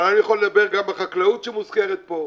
אבל אני יכול לדבר גם על החקלאות שמוזכרת פה.